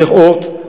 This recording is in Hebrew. דרך "אורט",